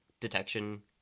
detection